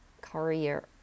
career